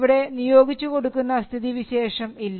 ഇവിടെ നിയോഗിച്ചു കൊടുക്കുന്ന സ്ഥിതിവിശേഷം ഇല്ല